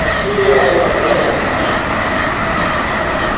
ठीक ऐ खरी मास्टर जी अच्छा मास्टर जी